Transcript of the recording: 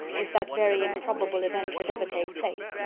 if that very improbable event should ever take place,